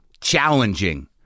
challenging